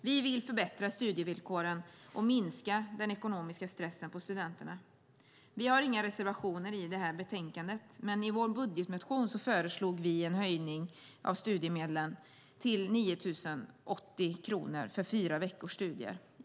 Vi vill förbättra studievillkoren och minska den ekonomiska stressen på studenterna. Vi har inga reservationer i det här betänkandet, men i vår budgetmotion föreslog vi en höjning av studiemedlen till 9 080 kronor för fyra veckors studier.